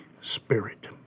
Spirit